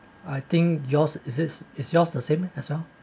I think yours is it is yours the same as well